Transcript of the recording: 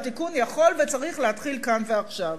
התיקון יכול וצריך להתחיל כאן ועכשיו,